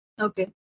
Okay